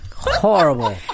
horrible